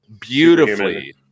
beautifully